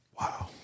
Wow